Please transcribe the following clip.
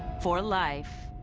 for life?